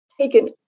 taken